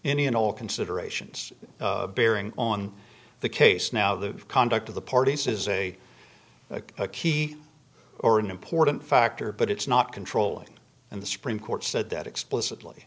any and all considerations bearing on the case now the conduct of the parties is a key or an important factor but it's not controlling and the supreme court said that explicitly